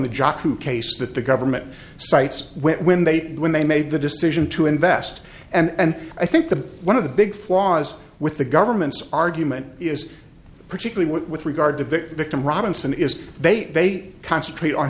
who case that the government sites when they when they made the decision to invest and i think the one of the big flaws with the government's argument is particularly with regard to victim robinson is they concentrate on